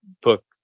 book